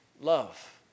love